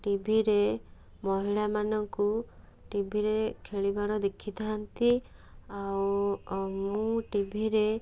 ଟିଭିରେ ମହିଳାମାନଙ୍କୁ ଟିଭିରେ ଖେଳିବାର ଦେଖିଥାନ୍ତି ଆଉ ମୁଁ ଟିଭିରେ